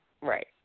Right